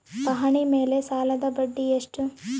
ಪಹಣಿ ಮೇಲೆ ಸಾಲದ ಬಡ್ಡಿ ಎಷ್ಟು?